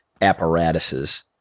apparatuses